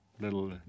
little